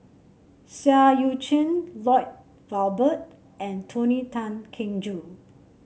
Seah Eu Chin Lloyd Valberg and Tony Tan Keng Joo